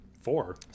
Four